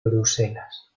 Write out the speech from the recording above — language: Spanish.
bruselas